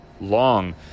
long